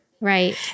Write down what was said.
Right